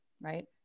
right